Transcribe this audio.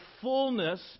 fullness